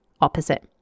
opposite